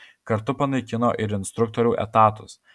kartu panaikino ir instruktorių etatus